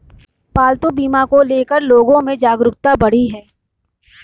पालतू बीमा को ले कर लोगो में जागरूकता बढ़ी है